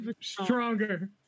stronger